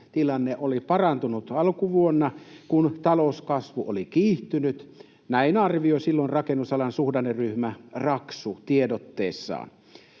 oli parantunut alkuvuonna, kun talouskasvu oli kiihtynyt. Näin arvioi silloin rakennusalan suhdanneryhmä Raksu tiedotteessaan.